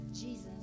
jesus